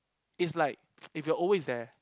is like if you are always there